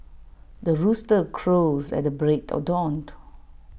the rooster crows at the break of dawn